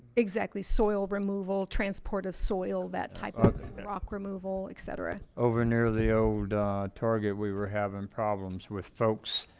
exactly soil removal transport of soil that type of rock removal etc over near the old target we were having problems with folks